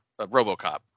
Robocop